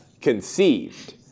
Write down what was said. Conceived